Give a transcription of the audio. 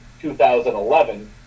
2011